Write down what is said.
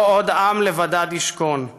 לא עוד עם לבדד ישכון.